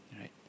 right